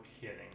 kidding